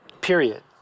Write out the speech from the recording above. period